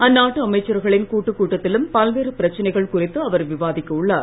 அந்நாட்டு அமைச்சரிகளின் கூட்டுக் கூட்டத்திலும் பல்வேறு பிரச்சனைகள் குறித்து அவர் விவாதிக்க உள்ளார்